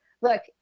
look